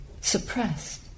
suppressed